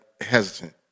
hesitant